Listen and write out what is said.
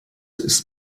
ist